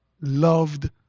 loved